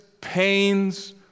pains